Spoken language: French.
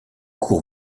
cour